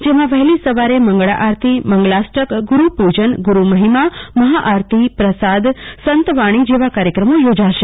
જેમા વહેલી સવારે મંગળા આરતીમંગલાષ્ટક ગુરૂ પુજન ગુરૂ મહિમા મહાઆરતી પ્રસાદ સંતવાણી જેવા કાર્યક્રમો યોજાશે